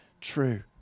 true